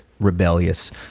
rebellious